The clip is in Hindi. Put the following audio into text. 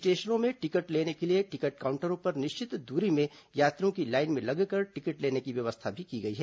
स्टेशनों में टिकट लेने के लिए टिकट काउंटरों पर निश्चित दूरी में यात्रियों की लाईन में लगकर टिकट लेने की व्यवस्था भी की गई है